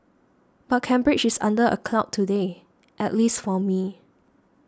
but Cambridge is under a cloud today at least for me